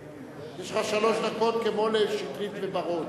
יש לך שלוש דקות כמו לשטרית ובר-און.